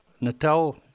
Natal